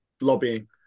lobbying